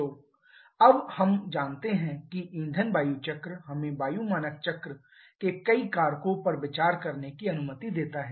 तो अब हम जानते हैं कि ईंधन वायु चक्र हमें वायु मानक चक्र के कई कारकों पर विचार करने की अनुमति देता है